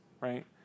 right